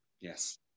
Yes